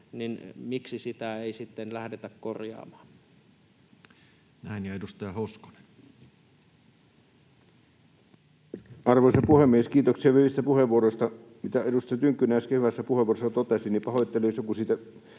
niin miksi sitä ei sitten lähdetä korjaamaan? Näin. — Ja edustaja Hoskonen. Arvoisa puhemies! Kiitoksia hyvistä puheenvuoroista. — Siitä, mitä edustaja Tynkkynen äsken hyvässä puheenvuorossaan totesi: pahoittelen, jos joku siitä